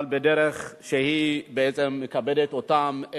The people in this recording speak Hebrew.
אבל בדרך שמקבלת אותם,